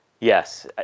yes